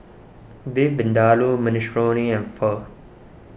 Beef Vindaloo Minestrone and Pho